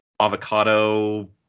avocado